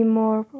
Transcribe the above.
more